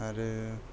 आरो